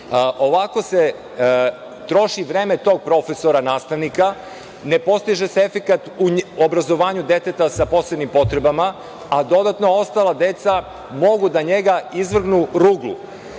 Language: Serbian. Ovako se troši vreme tog profesora, nastavnika, ne postiže se efekat u obrazovanju deteta sa posebnim potrebama, a ostala deca mogu njega da izvrgnu ruglu. Ono